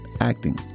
acting